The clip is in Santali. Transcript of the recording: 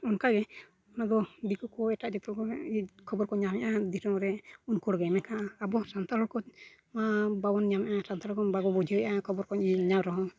ᱚᱱᱠᱟᱜᱮ ᱚᱱᱟ ᱫᱚ ᱫᱤᱠᱩ ᱠᱚ ᱮᱴᱟᱜ ᱡᱟᱹᱛᱚ ᱠᱚᱠᱚ ᱤᱭᱟᱹ ᱠᱷᱚᱵᱚᱨ ᱠᱚ ᱧᱟᱢᱮᱜᱼᱟ ᱫᱤᱥᱚᱢ ᱨᱮ ᱩᱱᱠᱩ ᱦᱚᱲᱜᱮ ᱢᱮᱱᱠᱷᱟᱱ ᱟᱵᱚ ᱦᱚᱸ ᱥᱟᱱᱛᱟᱲ ᱦᱚᱲ ᱠᱚ ᱢᱟ ᱵᱟᱵᱚᱱ ᱧᱟᱢᱮᱜᱼᱟ ᱥᱟᱱᱛᱟᱲ ᱠᱚ ᱵᱟᱠᱚ ᱵᱩᱡᱷᱟᱹᱣᱮᱜᱼᱟ ᱠᱷᱚᱵᱚᱨ ᱠᱚ ᱧᱮᱞ ᱧᱟᱢ ᱨᱮᱦᱚᱸ